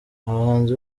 abahanzi